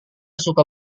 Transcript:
suka